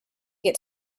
get